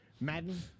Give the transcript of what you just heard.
Madden